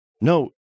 no